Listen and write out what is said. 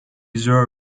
deserve